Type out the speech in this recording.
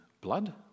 blood